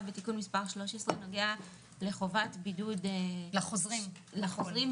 בתיקון מס' 13 נוגע לחובת בידוד לחוזרים מחו"ל.